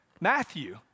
Matthew